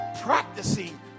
practicing